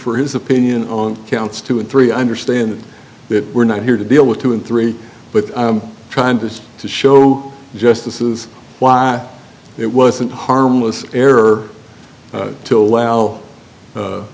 for his opinion on counts two and three i understand that we're not here to deal with two and three but trying to show justices why it wasn't harmless error to allow